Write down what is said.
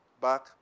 back